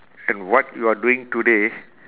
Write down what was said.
and what you are doing today